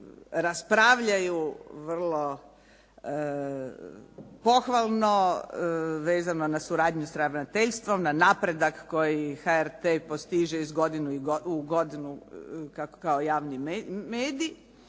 raspravljaju vrlo pohvalno vezano na suradnju s ravnateljstvom, na napredak koji HRT postiže iz godine u godinu kao javni medij